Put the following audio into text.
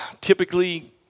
Typically